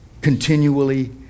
continually